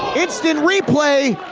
instant replay,